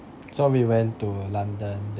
so we went to london then